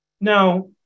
Now